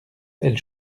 elle